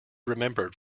remembered